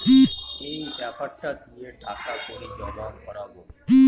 এই বেপারটা দিয়ে টাকা কড়ি জমা করাবো